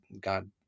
God